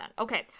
Okay